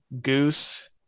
goose